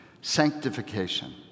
Sanctification